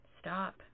stop